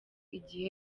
igihe